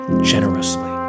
generously